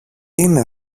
είναι